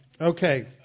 Okay